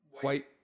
White